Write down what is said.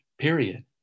period